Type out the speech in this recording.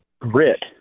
grit